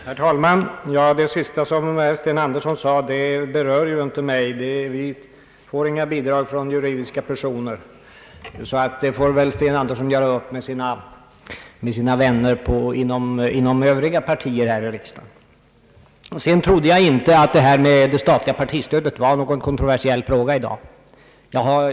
Herr talman! Det sista herr Sten Andersson sade berör inte mig. Vi i centern får inga bidrag från juridiska personer, så det får herr Sten Andersson göra upp med sina vänner inom övriga partier här i riksdagen. Jag trodde inte att det statliga partistödet var en kontroversiell fråga i dag.